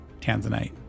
Tanzanite